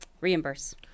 reimburse